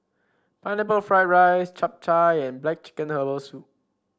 Pineapple Fried Rice Chap Chai and black chicken Herbal Soup